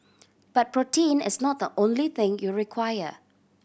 but protein is not the only thing you require